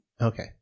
Okay